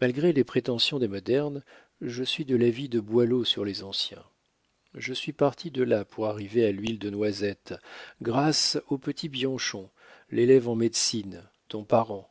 malgré les prétentions modernes je suis de l'avis de boileau sur les anciens je suis parti de là pour arriver à l'huile de noisette grâce au petit bianchon l'élève en médecine ton parent